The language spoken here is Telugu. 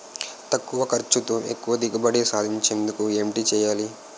తక్కువ ఖర్చుతో ఎక్కువ దిగుబడి సాధించేందుకు ఏంటి చేయాలి?